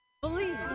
believe